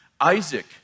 Isaac